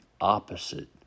opposite